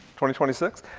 twenty twenty six?